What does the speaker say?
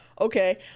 okay